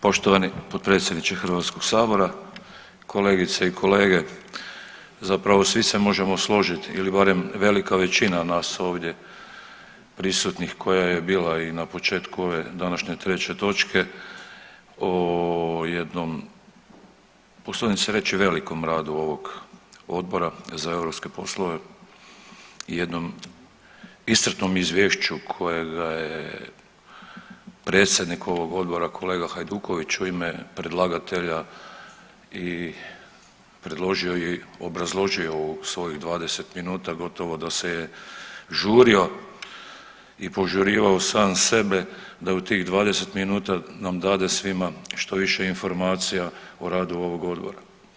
Poštovani potpredsjedniče Hrvatskog sabora, kolegice i kolege zapravo svi se možemo složiti ili barem velika većina nas ovdje prisutnih koja je bila i na početku ove današnje 3 točke o jednom usudim se reći velikom radu ovog Odbora za europske poslove i jednom iscrpnom izvješću kojeg je predsjednik ovog odbora kolega Hajduković u ime predlagatelja i predložio i obrazložio u svojih 20 minuta gotovo da se je žurio i požurivao sam sebe da u tih 20 minuta nam dade svima što više informacija o radu ovog odbora.